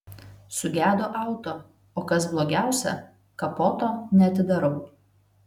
sugedo auto o kas blogiausia kapoto neatidarau